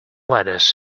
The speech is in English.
ladders